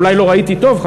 אולי לא ראיתי טוב,